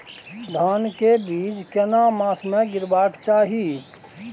धान के बीज केना मास में गीरावक चाही?